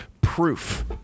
proof